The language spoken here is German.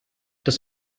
das